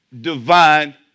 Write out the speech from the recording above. divine